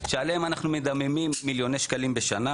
שעליהם אנחנו מדממים מיליוני שקלים בשנה.